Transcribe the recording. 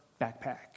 backpack